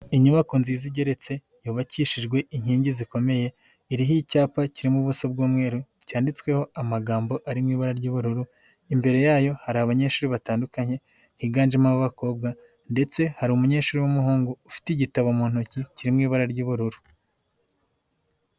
Inyubako nziza igeretse yubakishijwe inkingi zikomeye, iriho icyapa kirimo ubuso bw'umweru cyanditsweho amagambo ari mu ibara ry'ubururu, imbere yayo hari abanyeshuri batandukanye higanjemo ab'abakobwa, ndetse hari umunyeshuri w'umuhungu ufite igitabo mu ntoki kiri mu ibara ry'ubururu.